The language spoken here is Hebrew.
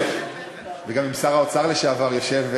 וגם שר האוצר לשעבר יושב,